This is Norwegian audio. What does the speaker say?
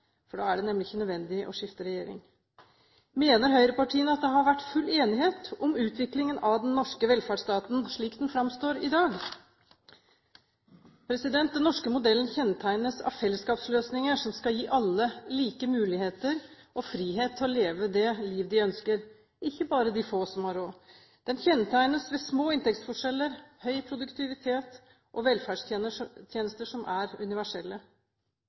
dag? Da er det nemlig ikke nødvendig å skifte regjering. Mener høyrepartiene at det har vært full enighet om utviklingen av den norske velferdsstaten, slik den framstår i dag? Den norske modellen kjennetegnes av fellesskapsløsninger som skal gi alle like muligheter og frihet til å leve det liv de ønsker, ikke bare de få som har råd. Den kjennetegnes ved små inntektsforskjeller, høy produktivitet og velferdstjenester som er universelle.